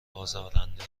آزارنده